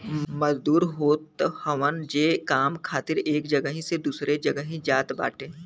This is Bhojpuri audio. मजदूर होत हवन जे काम खातिर एक जगही से दूसरा जगही जात बाटे